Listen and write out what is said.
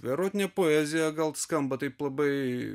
erotinė poezija gal skamba taip labai